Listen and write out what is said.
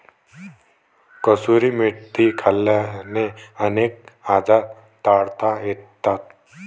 कसुरी मेथी खाल्ल्याने अनेक आजार टाळता येतात